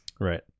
right